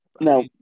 No